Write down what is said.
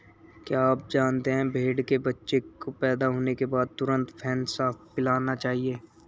क्या आप जानते है भेड़ के बच्चे को पैदा होने के बाद तुरंत फेनसा पिलाना चाहिए?